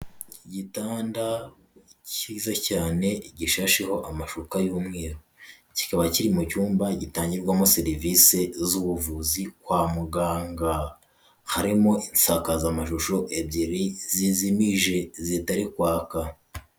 Igitanda kiza cyane gishasheho amashuka y'umweru, kikaba kiri mu cyumba gitangirwamo serivisi z'ubuvuzi kwa muganga, harimo insakazamashusho ebyiri zizimije zitari kwaka.